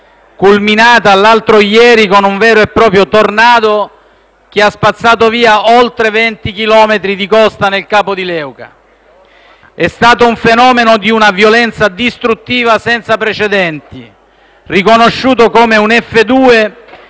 culminata l'altro ieri con un vero e proprio tornado che ha spazzato via oltre 20 chilometri di costa nel Capo di Leuca. È stato un fenomeno di una violenza distruttiva senza precedenti, riconosciuto come un F2